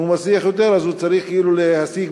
אם הוא מצליח יותר אז הוא צריך כאילו להשיג